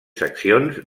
seccions